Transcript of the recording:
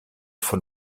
von